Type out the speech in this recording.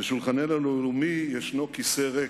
בשולחננו הלאומי יש כיסא ריק,